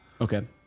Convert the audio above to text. okay